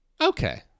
Okay